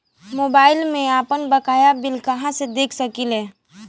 Mobile में आपनबकाया bill कहाँसे देख सकिले?